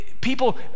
People